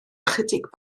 ychydig